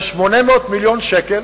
של 800 מיליון שקל,